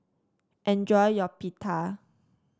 enjoy your Pita